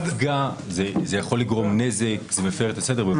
זה יכול לגרום נזק, זה מפר את הסדר.